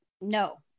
no